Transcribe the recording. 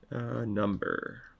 Number